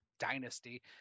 dynasty